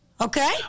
Okay